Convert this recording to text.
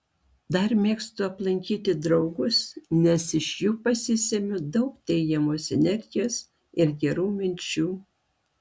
dar mėgstu aplankyti draugus nes iš jų pasisemiu daug teigiamos energijos ir gerų minčių